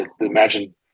imagine